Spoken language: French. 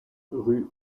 rue